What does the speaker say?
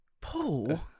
Paul